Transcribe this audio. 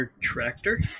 tractor